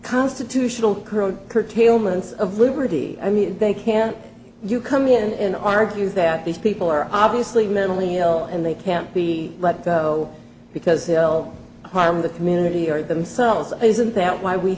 constitutional corrode curtailments of liberty i mean they can't you come in and argue that these people are obviously mentally ill and they can't be let go because l harm the community or themselves isn't that why we